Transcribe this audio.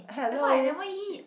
that's why I never eat